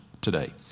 today